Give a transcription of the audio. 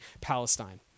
Palestine